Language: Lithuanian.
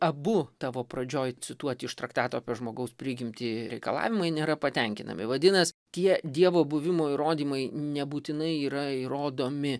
abu tavo pradžioj cituoti iš traktato apie žmogaus prigimtį reikalavimai nėra patenkinami vadinas tie dievo buvimo įrodymai nebūtinai yra įrodomi